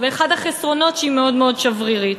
ואחד החסרונות הוא שהיא מאוד מאוד שברירית,